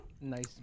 Nice